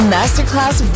Masterclass